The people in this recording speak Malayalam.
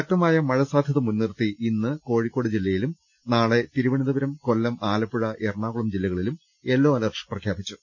ശക്തമായ മഴ സാധ്യത മുൻനിർത്തി ഇന്ന് കോഴിക്കോട് ജില്ലയിലും നാളെ തിരുവനന്തപുരം കൊല്ലം ആലപ്പുഴ എറണാകുളം ജില്ലകളിലും യെല്ലോ അലേർട്ട് പ്രഖ്യാപിച്ചു